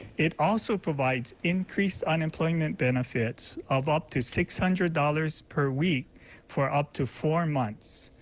it also provides increased unemployment benefits of up to six hundred dollars per week for up to four months.